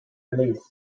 release